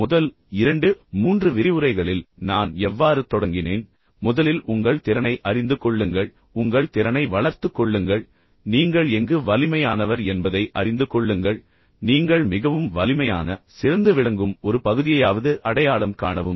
இப்போது நீங்கள் அதைப் பார்த்தால் முதல் 23 விரிவுரைகளில் நான் எவ்வாறு தொடங்கினேன் இப்போது வரை நான் உங்களுக்குச் சொல்ல முயற்சிப்பது என்னவென்றால் முதலில் உங்கள் திறனை அறிந்து கொள்ளுங்கள் உங்கள் திறனை வளர்த்துக் கொள்ளுங்கள் நீங்கள் எங்கு வலிமையானவர் என்பதை அறிந்து கொள்ளுங்கள் நீங்கள் மிகவும் வலிமையான சிறந்து விளங்கும் ஒரு பகுதியையாவது அடையாளம் காணவும்